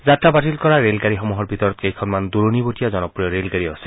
যাত্ৰা বাতিল কৰা ৰেলগাড়ীসমূহৰ ভিতৰত কেইখনমান দূৰণিবতীয়া জনপ্ৰিয় ৰেল গাড়ীও আছে